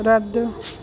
रद्द